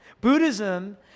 Buddhism